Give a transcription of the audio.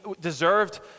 deserved